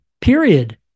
period